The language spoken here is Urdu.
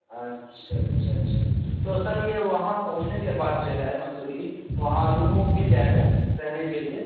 اچھا اچھا اچھا اچھا تو سر یہ وہاں پہنچنے کے بعد جو ہے مسوری وہاں روم ووم مل جائے گا رہنے کے لیے